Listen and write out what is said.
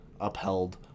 upheld